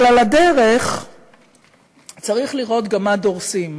אבל על הדרך צריך לראות גם מה דורסים.